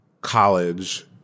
college